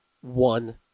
one